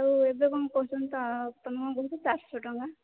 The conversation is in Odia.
ଆଉ ଏବେ କ'ଣ କହୁଛନ୍ତି ତମେ କ'ଣ କହୁଛ ଚାରିଶହ ଟଙ୍କା